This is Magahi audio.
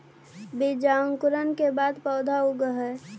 बीजांकुरण के बाद पौधा उगऽ हइ